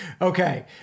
Okay